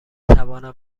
توانم